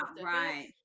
Right